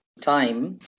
time